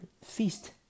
Feast